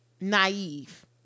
naive